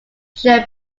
share